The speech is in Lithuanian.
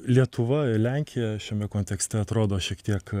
lietuva ir lenkija šiame kontekste atrodo šiek tiek